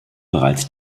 bereits